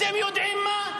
אתם יודעים מה?